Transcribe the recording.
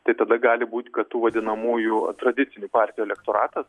tai tada gali būti kad tų vadinamųjų tradicinių partijų elektoratas